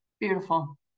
beautiful